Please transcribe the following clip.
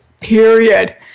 period